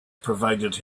provided